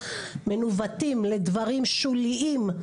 מנווטים לדברים שוליים,